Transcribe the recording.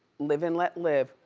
live and let live,